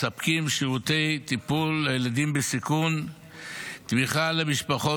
מספקים שירותי טיפול לילדים בסיכון ותמיכה למשפחות